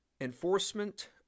Enforcement